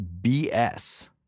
BS